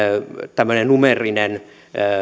tämmöinen numeerinen